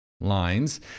lines